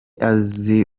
azi